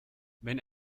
wenn